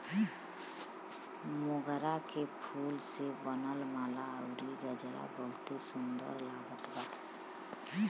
मोगरा के फूल से बनल माला अउरी गजरा बहुते सुन्दर लागत बा